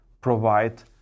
provide